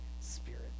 Spirit